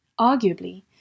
Arguably